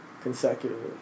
Consecutively